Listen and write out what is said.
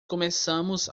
começamos